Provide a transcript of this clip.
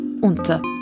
unter